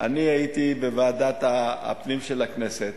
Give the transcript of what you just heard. אני הייתי בוועדת הפנים של הכנסת,